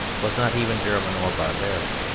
was not even german or barbaric,